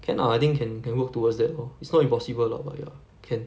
can ah I think can can work towards that lor it's not impossible lah but ya can